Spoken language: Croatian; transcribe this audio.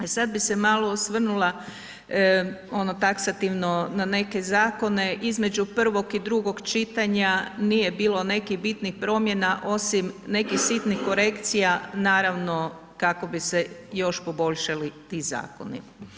Sad bi se malo osvrnula ono taksativno na neke zakone, između prvog i drugog čitanja nije bilo nekih bitnih promjena, osim nekih sitnih korekcija naravno kako bi se još poboljšali ti zakoni.